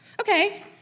okay